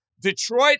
Detroit